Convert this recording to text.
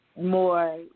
more